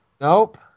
Nope